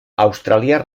australiar